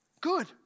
Good